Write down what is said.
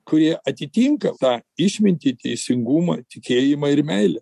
kurie atitinka tą išmintį teisingumą tikėjimą ir meilę